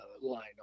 line